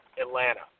Atlanta